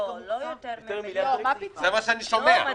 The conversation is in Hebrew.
זה מה שאני שומע.